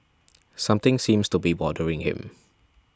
something seems to be bothering him